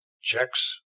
checks